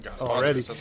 Already